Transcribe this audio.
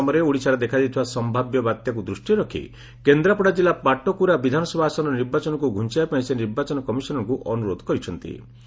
ସାକ୍ଷାତ ସମୟରେ ଓଡ଼ିଶାରେ ଦେଖାଦେଇଥିବା ସୟାବ୍ୟ ବାତ୍ୟାକୁ ଦୃଷ୍ଟିରେ ରଖି କେନ୍ଦ୍ରାପଡ଼ା ଜିଲ୍ଲା ପାଟକୁରା ବିଧାନସଭା ଆସନର ନିର୍ବାଚନକୁ ଘୁଆଇବା ପାଇଁ ସେ ନିର୍ବାଚନ କମିଶନରଙ୍କୁ ଅନୁରୋଧ କରିଛନ୍ତି